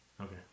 Okay